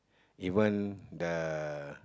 even the